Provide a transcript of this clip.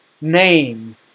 name